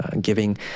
giving